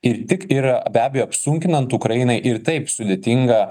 ir tik yra be abejo apsunkinant ukrainai ir taip sudėtingą